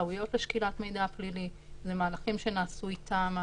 זכאויות לשקילת מידע פלילי, למהלכים שנעשו איתם: